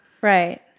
Right